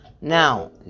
Now